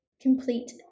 complete